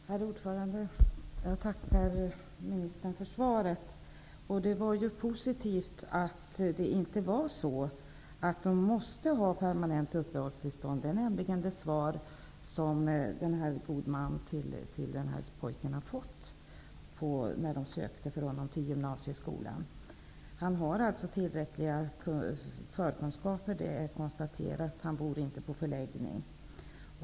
Herr talman! Jag tackar kulturministern för svaret. Det är positivt att det inte stämmer att man måste ha permanent uppehållstillstånd. I min fråga berör jag ett fall med två barn. När pojkens god man ansökte till gymnasieskolan för pojkens räkning fick han nämligen svaret att det krävs permanent uppehållstillstånd. Det är konstaterat att pojken har tillräckliga förkunskaper. Han bor inte på förläggning.